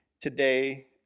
today